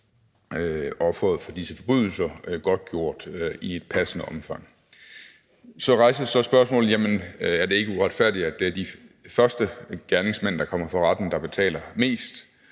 offeret for disse forbrydelser godtgørelse i et passende omfang. Så rejses spørgsmålet: Jamen er det ikke uretfærdigt, at det er de første gerningsmænd, der kommer for retten, der betaler mest,